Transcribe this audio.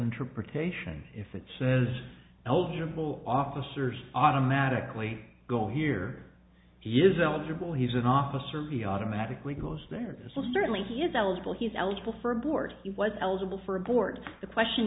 interpretation if it says eligible officers automatically go here he is eligible he's an officer he automatically goes there so certainly he is eligible he's eligible for a board he was eligible for a board the question